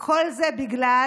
וכל זה בגלל